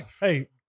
hey